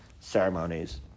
ceremonies